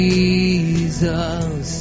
Jesus